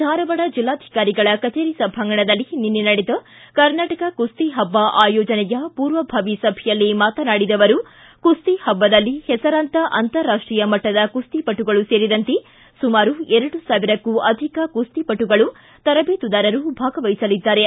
ಧಾರವಾಡ ಜಿಲ್ದಾಧಿಕಾರಿಗಳ ಕಚೇರಿ ಸಭಾಂಗಣದಲ್ಲಿ ನಿನ್ನೆ ನಡೆದ ಕರ್ನಾಟಕ ಕುಸ್ತಿ ಹಬ್ಬ ಆಯೋಜನೆಯ ಪೂರ್ವಭಾವಿ ಸಭೆಯಲ್ಲಿ ಮಾತನಾಡಿದ ಅವರು ಕುಸ್ತಿ ಹಬ್ಲದಲ್ಲಿ ಹೆಸರಾಂತ ಅಂತಾರಾಷ್ಷೀಯ ಮಟ್ಟದ ಕುಸ್ತಿಪಟುಗಳು ಸೇರಿದಂತೆ ಸುಮಾರು ಎರಡು ಸಾವಿರಕ್ಕೂ ಅಧಿಕ ಕುಸ್ತಿಪಟುಗಳು ತರಬೇತಿದಾರರು ಭಾಗವಹಿಸಲಿದ್ದಾರೆ